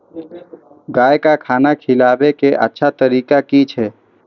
गाय का खाना खिलाबे के अच्छा तरीका की छे?